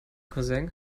cousin